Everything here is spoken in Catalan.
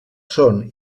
són